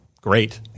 great